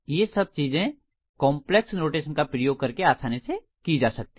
ये सब चीजें काम्प्लेक्स नोटेशन का प्रयोग करके आसानी से की जा सकती हैं